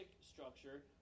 structure